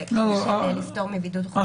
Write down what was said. בהקשר של פטור מבידוד חובה.